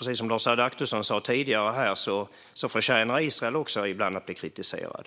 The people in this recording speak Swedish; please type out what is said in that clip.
Precis som Lars Adaktusson sa tidigare förtjänar också Israel ibland att bli kritiserat.